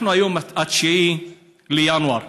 אנחנו היום ב-9 בינואר,